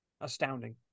astounding